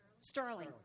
Sterling